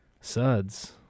Suds